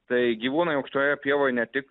tai gyvūnai aukštoje pievoje ne tik